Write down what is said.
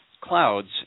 clouds